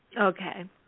Okay